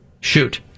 Shoot